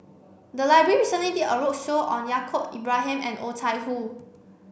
the library recently did a roadshow on Yaacob Ibrahim and Oh Chai Hoo